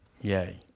Yay